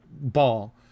ball